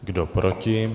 Kdo proti?